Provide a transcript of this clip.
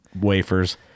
wafers